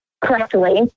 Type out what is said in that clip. correctly